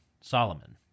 Solomon